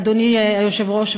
אדוני היושב-ראש,